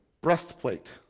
breastplate